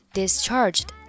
discharged